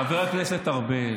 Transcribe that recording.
חבר הכנסת ארבל,